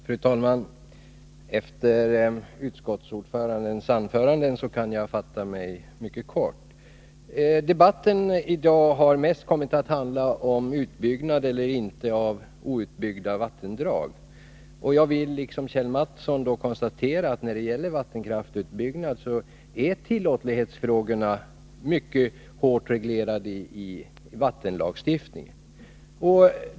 Fru talman! Efter utskottsordförandens anförande kan jag fatta mig mycket kort. Debatten i dag har mest kommit att handla om utbyggnad eller inte av outbyggda vattendrag. Jag vill liksom Kjell Mattson då konstatera att tillåtlighetsfrågorna när det gäller vattenkraftsutbyggnaden är mycket hårt reglerade i vattenlagstiftningen.